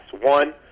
One